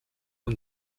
amb